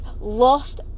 lost